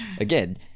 Again